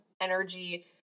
energy